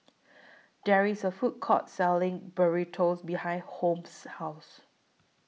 There IS A Food Court Selling Burrito behind Holmes' House